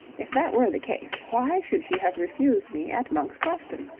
if that were the case, why should she have refused me at monk's crofton?